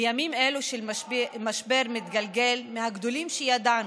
בימים אלו של משבר מתגלגל מהגדולים שידענו,